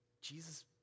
Jesus